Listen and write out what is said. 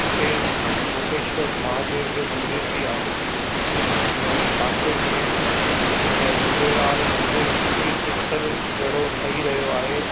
हुते कोटेश्वर महादेव जो मंदर बि आहे ऐं पासे में हींअर झूलेलाल मंदर तीर्थ स्थल जहिड़ो ठहीं रहियो आहे